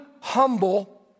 humble